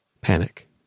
panic